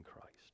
Christ